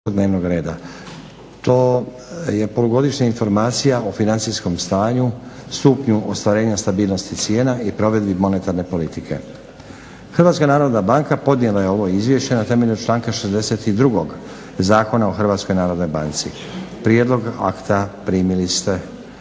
- Polugodišnja informacija o financijskom stanju, stupnju ostvarenja stabilnosti cijena i provedbi monetarne politike; Hrvatska narodna banka podnijela je ovo izvješće na temelju članka 62. Zakona o HNB-u. Prijedlog akta primili ste.